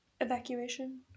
evacuation